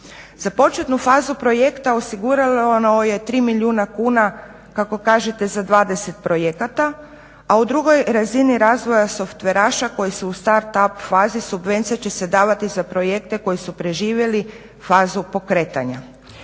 Za početnu fazu projekta osigurano je 3 milijuna kuna, kako kažete za 20 projekata, a u drugoj razini razvoja softveraša koji su u start up fazi subvencija će se davati za projekte koji su preživjeli fazu pokretanja.